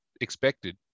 expected